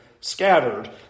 scattered